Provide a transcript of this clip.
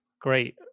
great